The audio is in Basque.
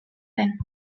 zen